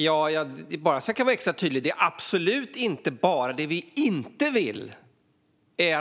Fru talman! Jag kan vara extra tydlig: Det är absolut inte så att vi vill